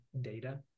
data